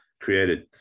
created